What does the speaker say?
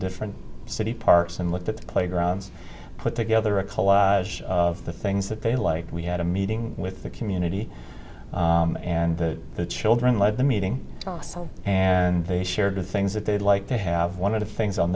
different city parks and looked at the playgrounds put together a collage of the things that they like we had a meeting with the community and the the children loved the meeting talks and they shared the things that they'd like to have one of the things i'll